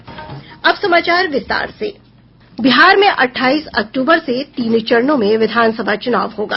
बिहार में अट्ठाईस अक्तूबर से तीन चरणों में विधानसभा चुनाव होगा